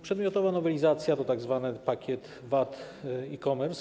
Przedmiotowa nowelizacja to tzw. pakiet VAT e-commerce.